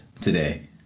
today